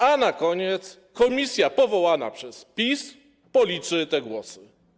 A na koniec komisja powołana przez PiS policzy te głosy.